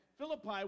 Philippi